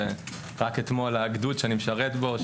ורק אתמול הגדוד שאני משרת בו,